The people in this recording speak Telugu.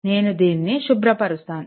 నేను దీనిని శుభ్రపరుస్తాను